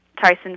Tyson